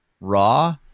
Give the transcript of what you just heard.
raw